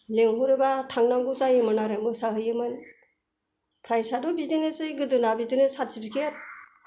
लिंहरबा थांनांगौ जायोमोन आरो मोसाहैयोमोन फ्राइस आथ' बिदिनो गोदोना बिदिनो सार्टिपिकेट